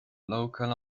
local